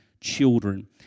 children